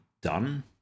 done